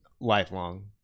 lifelong